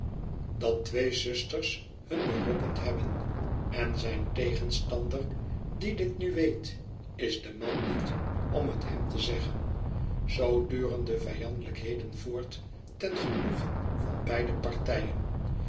dat twee zusters hun berokkend hebben en zijn tegenstander die dit nu weet is de man niet om het hem te zeggen zoo duren de vijandelijkheden voort ten genoegen van beide partijen